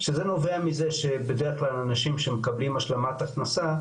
שזה נובע מזה שבדרך כלל אנשים שמקבלים השלמת הכנסה,